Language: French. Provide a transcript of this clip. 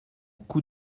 coup